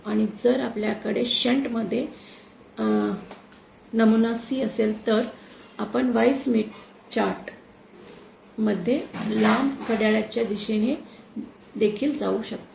आणि जर आपल्याकडे शंट मध्ये एक नमुना C असेल तर आपण Y स्मिथ चार्ट मध्ये लांब घड्याळाच्या दिशेने देखील जाऊ शकतो